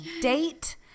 date